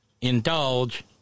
indulge